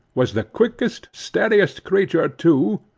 was the quickest, steadiest creature too,